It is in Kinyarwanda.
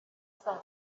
saa